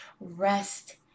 rest